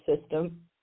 system